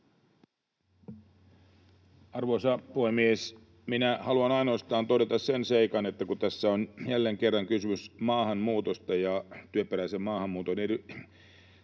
Arvoisa puhemies! Minä haluan todeta ainoastaan sen seikan, että kun tässä on jälleen kerran kysymys maahanmuutosta ja työperäisen maahanmuuton tavallaan